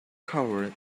covered